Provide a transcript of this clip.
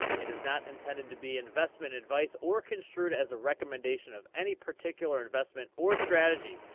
it is not intended to be investment advice, or construed as a recommendation of any particular investment or strategy.